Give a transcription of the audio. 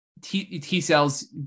T-cells